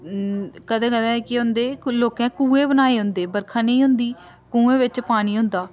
कदें कदें केह् होंदें लोकें कुएं बनाए दे होंदे बरखा नेईं होंदी कुएं बिच्च पानी होंदा